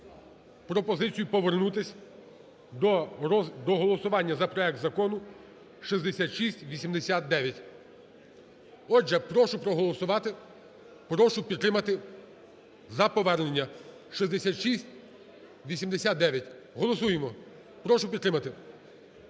пропозицію повернутися до голосування за проект закону 6689. Отже, прошу проголосувати, прошу підтримати за повернення 6689. Голосуємо, прошу підтримати,